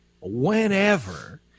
whenever